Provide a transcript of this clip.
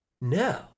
No